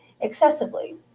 excessively